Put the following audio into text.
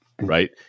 Right